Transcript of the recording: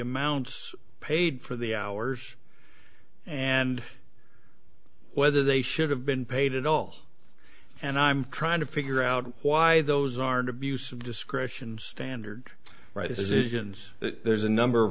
amounts paid for the hours and whether they should have been paid at all and i'm trying to figure out why those aren't abuse of discretion standard right decisions that there's a number of